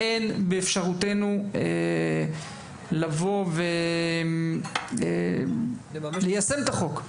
אין באפשרותנו לבוא וליישם את החוק.